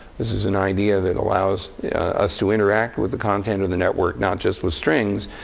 this is an idea that allows us to interact with the content of the network, not just with strings,